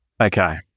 Okay